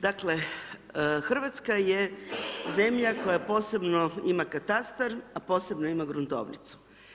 Dakle, Hrvatska je zemlja koja posebno ima katastar, a posebno ima gruntovnicu.